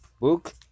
book